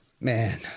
man